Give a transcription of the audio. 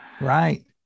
right